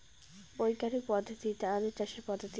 বিজ্ঞানিক পদ্ধতিতে আলু চাষের পদ্ধতি?